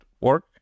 work